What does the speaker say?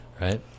right